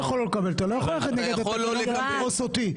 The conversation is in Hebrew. אתה לא יכול ללכת נגד ולדרוס אותי.